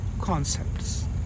concepts